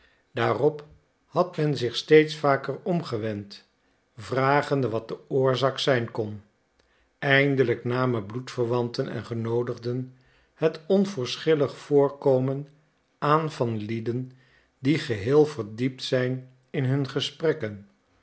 daarop had men zich steeds vaker omgewend vragende wat de oorzaak zijn kon eindelijk namen bloedverwanten en genoodigden het onverschillig voorkomen aan van lieden die geheel verdiept zijn in hun gesprekken